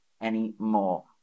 anymore